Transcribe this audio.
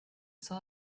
saw